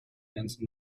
ganzen